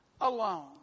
alone